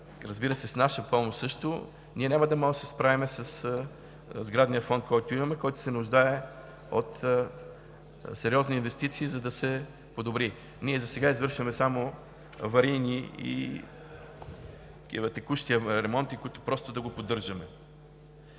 разбира се, с наша помощ също, ние няма да можем да се справим със сградния фонд, който имаме, който се нуждае от сериозни инвестиции, за да се подобри. Ние засега извършваме само аварийни и текущи ремонти, с които просто да го поддържаме.